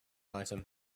item